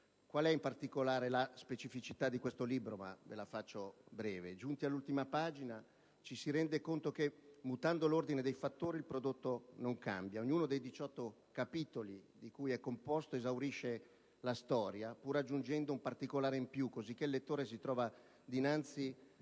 Qual è, in particolare, la specificità di questo libro? Ve la faccio breve: giunti all'ultima pagina, ci si rende conto che, mutando l'ordine dei fattori, il prodotto non cambia. Ognuno dei diciotto capitoli di cui è composto esaurisce la storia, pur aggiungendo un particolare in più, cosicché il lettore si trova dinanzi